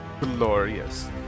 Glorious